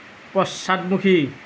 পশ্চাদমুখী